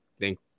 thank